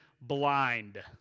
blind